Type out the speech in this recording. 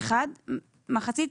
מחצית